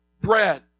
bread